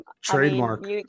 trademark